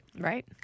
Right